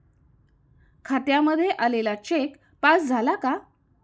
खात्यामध्ये आलेला cheque pass झाला का?